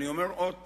אני אומר עוד פעם,